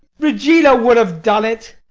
regina would have done it.